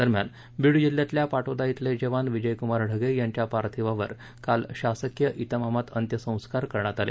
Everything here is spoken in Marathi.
दरम्यान बीड जिल्ह्यातल्या पाटोदा इथले जवान विजयकुमार ढगे यांच्या पार्थिवावर काल शासकीय इतमामात अंत्यसंस्कार करण्यात आले